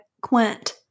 quint